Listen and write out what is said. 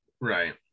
right